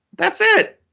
that's it.